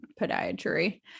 podiatry